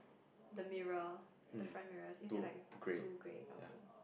the mirror the front mirrors is it like two grey okay